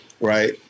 right